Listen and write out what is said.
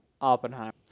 Oppenheimer